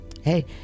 Hey